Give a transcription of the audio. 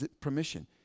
permission